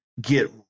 get